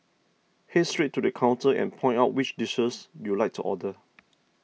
head straight to the counter and point out which dishes you'd like to order